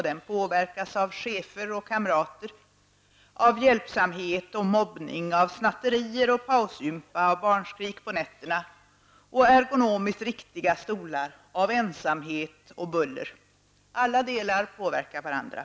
Den påverkas av chefer och kamrater, av hjälpsamhet och mobbning, av snatterier och pausgympa, av barnskrik på nätterna och ergonomiskt riktiga stolar, av ensamhet och buller osv. Alla delar påverkar varandra.